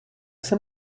jsem